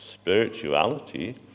Spirituality